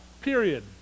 period